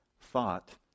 thought